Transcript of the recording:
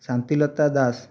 Shantilata Das